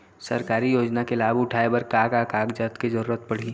सरकारी योजना के लाभ उठाए बर का का कागज के जरूरत परही